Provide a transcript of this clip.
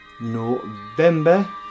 November